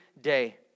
day